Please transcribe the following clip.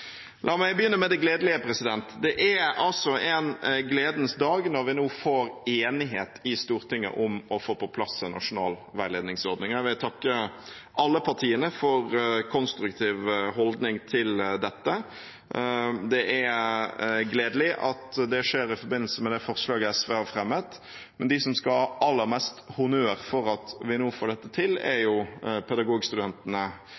La meg begynne med det gledelige: Det er en gledens dag når vi nå får enighet i Stortinget om å få på plass en nasjonal veiledningsordning. Jeg vil takke alle partiene for konstruktiv holdning til dette. Det er gledelig at det skjer i forbindelse med det forslaget SV har fremmet, men de som skal ha aller mest honnør for at vi nå får dette til, er